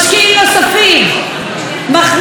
מכניס יזמים נוספים,